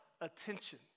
Attention